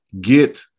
get